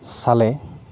চালে